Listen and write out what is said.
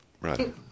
Right